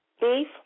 Beef